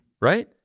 right